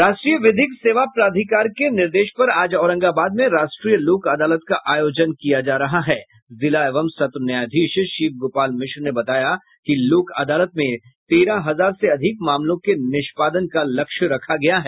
राष्ट्रीय विधिक सेवा प्राधिकार के निर्देश पर आज औरंगाबाद में राष्ट्रीय लोक अदालत का आयोजन किया जा रहा है जिला एवं सत्र न्यायाधीश शिव गोपाल मिश्र ने बताया कि लोक अदालत में तेरह हजार से अधिक मामलों के निष्पादन का लक्ष्य रखा गया है